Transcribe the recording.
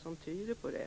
som tyder på det.